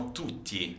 tutti